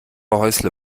häusle